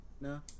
No